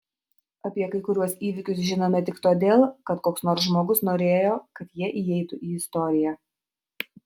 apie kai kuriuos įvykius žinome tik todėl kad koks nors žmogus norėjo kad jie įeitų į istoriją